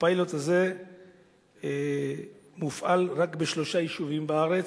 הפיילוט הזה מופעל רק בשלושה יישובים בארץ: